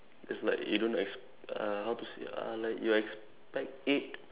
it's like you don't exp~ uh how to say uh like you expect it